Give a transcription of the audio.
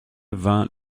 vint